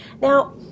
Now